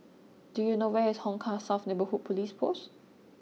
do you know where is Hong Kah South Neighbourhood Police Post